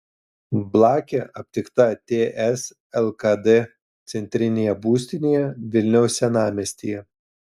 blakė aptikta ts lkd centrinėje būstinėje vilniaus senamiestyje